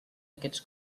aquests